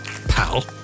Pal